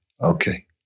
Okay